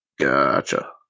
Gotcha